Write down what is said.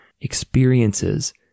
experiences